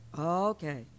Okay